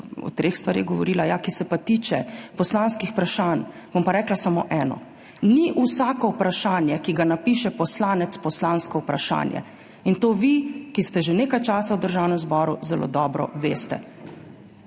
o treh stvareh govorila, ja, ki se pa tiče poslanskih vprašanj, bom pa rekla samo eno. Ni vsako vprašanje, ki ga napiše poslanec, poslansko vprašanje, in to vi, ki ste že nekaj časa v Državnem zboru, zelo dobro veste.